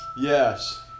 Yes